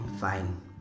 fine